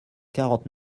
quarante